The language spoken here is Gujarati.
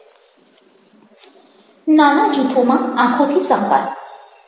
નાના જૂથોમાં આંખોથી સંપર્ક